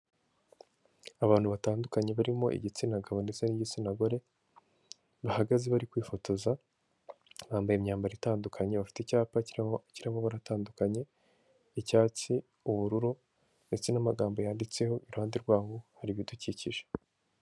Abantu batandukanye barimo igitsina gabo ndetse n'igitsina gore, bahagaze bari kwifotoza, bambaye imyambaro itandukanye bafite icyapa kirimo amabara atandukanye, icyatsi, ubururu, ndetse n'amagambo yanditseho iruhande rwabo, hari ibidukikije.